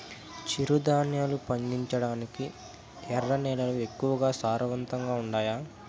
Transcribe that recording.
చిరుధాన్యాలు పండించటానికి ఎర్ర నేలలు ఎక్కువగా సారవంతంగా ఉండాయా